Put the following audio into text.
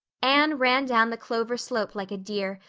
anne ran down the clover slope like a deer,